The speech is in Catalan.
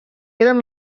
eren